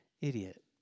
idiot